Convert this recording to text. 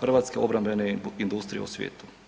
hrvatske obrambene industrije u svijetu.